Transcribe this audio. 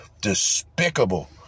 despicable